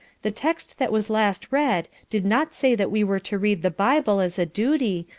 the text that was last read did not say that we were to read the bible as a duty,